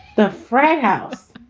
the frat house.